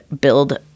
build